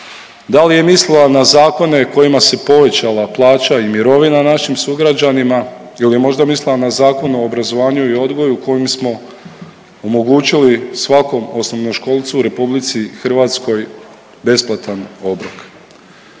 Da li je mislila na zakone kojima se povećala plaća i mirovina našim sugrađanima ili je možda mislila na zakon o obrazovanju i odgoju kojim smo omogućili svakom osnovnoškolcu u RH besplatan obrok?